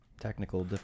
Technical